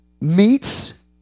meats